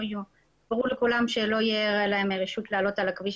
--- ברור לכולם שלא תהיה להם רשות לעלות על הכביש,